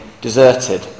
deserted